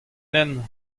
lenn